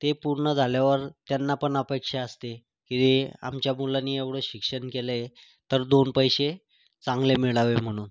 ते पूर्ण झाल्यावर त्यांना पण अपेक्षा असते की आमच्या मुलानी एवढं शिक्षण केलंय तर दोन पैसे चांगले मिळावे म्हणून